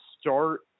start